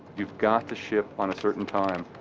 you've got to ship on a certain time.